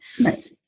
Right